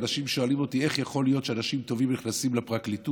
אנשים שואלים אותי: איך יכול להיות שאנשים טובים נכנסים לפרקליטות,